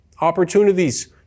opportunities